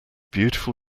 beautiful